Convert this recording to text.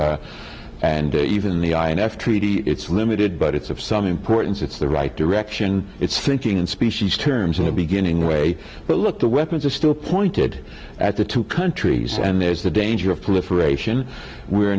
initiative and even the i n f treaty it's limited but it's of some importance it's the right direction it's thinking in species terms in the beginning way but look the weapons are still pointed at the two countries and there's the danger of proliferation we're